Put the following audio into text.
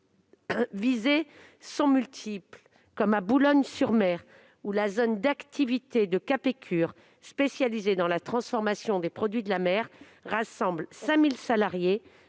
visées sont multiples, comme à Boulogne-sur-Mer, où la zone d'activités de Capécure, spécialisée dans la transformation des produits de la mer, rassemble 5 000 salariés